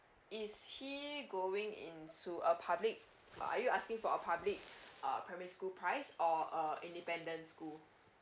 is he going into a public or are you asking for a public uh primary school price or a independent school